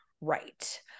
right